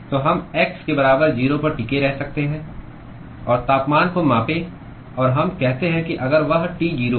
तो हम x के बराबर 0 पर टिके रह सकते हैं और तापमान को मापें और हम कहते हैं कि अगर वह T 0 है